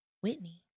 Whitney